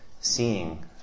seeing